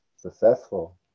successful